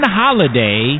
holiday